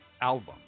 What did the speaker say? album